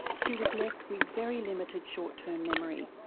she was left with very limited short term memory.